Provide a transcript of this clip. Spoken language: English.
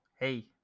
Hey